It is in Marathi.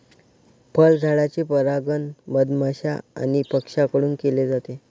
फळझाडांचे परागण मधमाश्या आणि पक्ष्यांकडून केले जाते